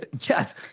Yes